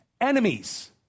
enemies